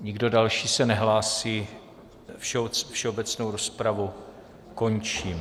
Nikdo další se nehlásí, všeobecnou rozpravu končím.